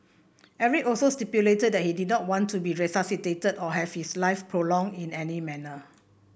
Eric also stipulated that he did not want to be resuscitated or have his life prolonged in any manner